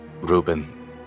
Reuben